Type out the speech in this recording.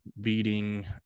beating